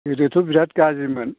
गोदोथ' बिराद गाज्रिमोन